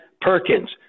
Perkins